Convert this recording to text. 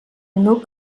nuc